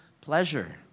pleasure